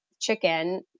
chicken